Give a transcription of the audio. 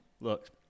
look